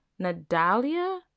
Nadalia